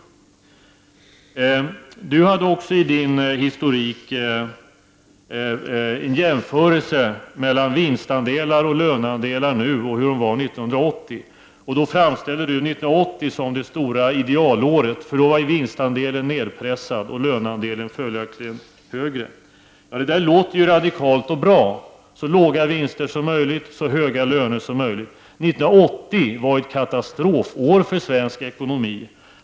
Lars-Ove Hagberg gjorde också i sin historik en jämförelse mellan vinstandelar och löneandelar nu och 1980, och han framställde 1980 som det stora idealåret, då vinstandelen var nedpressad och löneandelen följaktligen högre. Det där låter radikalt och bra; så låga vinster som möjligt och så höga löner som möjligt. År 1980 var ett katastrofår för svensk ekonomi.